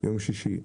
ביום שישי.